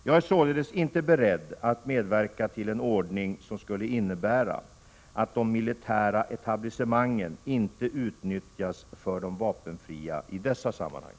Jag är således inte beredd att medverka till en ordning som skulle innebära att de militära etablissemangen inte utnyttjas för de vapenfria i dessa sammanhang.